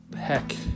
Heck